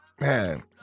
Man